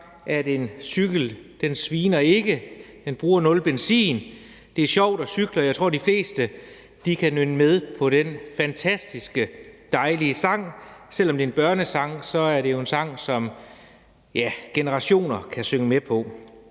at en cykel ikke sviner, den bruger nul benzin, og at det er sjovt at cykle. Og jeg tror, de fleste kan nynne med på den fantastisk dejlige sang. Selv om det er en børnesang, er det jo en sang, som generationer kan synge med på.